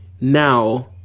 now